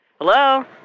Hello